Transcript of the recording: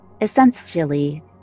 Essentially